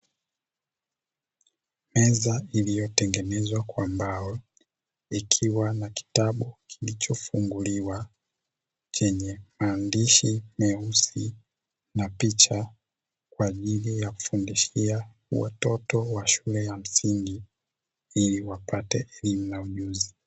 Meza iliyotengenezwa kwa mbao ikiwa na kitabu kilichofunguliwa chenye maandishi meusi, na picha kwa ajili ya kufundishia watoto wa shule ya msingi ili wapate elimu na ujuzi.